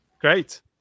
Great